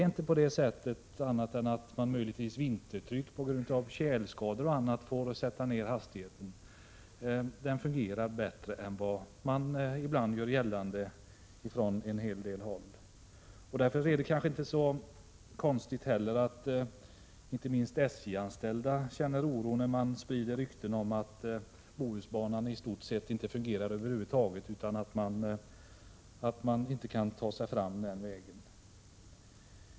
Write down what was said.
Problemen är inte större än att man möjligen vintertid, på grund av tjälskador och annat, får lov att sänka hastigheten. Banan fungerar bättre än vad man ibland gör gällande från en hel del håll. Därför är det kanske inte så konstigt att framför allt SJ-anställda känner oro, när det sprids rykten om att Bohusbanan i stort sett inte fungerar över huvud taget och att man knappast kan ta sig fram den vägen.